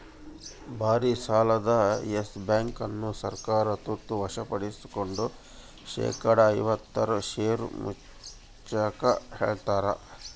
ಭಾರಿಸಾಲದ Yes Bank ಅನ್ನು ಸರ್ಕಾರ ತುರ್ತ ವಶಪಡಿಸ್ಕೆಂಡು ಶೇಕಡಾ ಐವತ್ತಾರು ಷೇರು ಮುಚ್ಚಾಕ ಹೇಳ್ಯಾರ